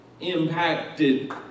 impacted